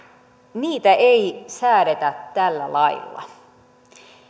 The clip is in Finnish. niitä ei säädetä tällä lailla